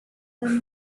time